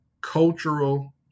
cultural